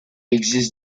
existe